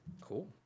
Cool